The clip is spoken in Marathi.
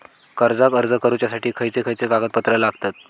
कर्जाक अर्ज करुच्यासाठी खयचे खयचे कागदपत्र लागतत